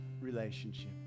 relationship